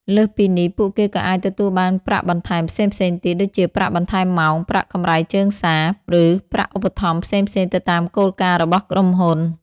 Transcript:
លើសពីនេះ ពួកគេក៏អាចទទួលបានប្រាក់បន្ថែមផ្សេងៗទៀត ដូចជាប្រាក់បន្ថែមម៉ោង ប្រាក់កម្រៃជើងសារ ឬប្រាក់ឧបត្ថម្ភផ្សេងៗទៅតាមគោលការណ៍របស់ក្រុមហ៊ុន។